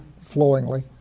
flowingly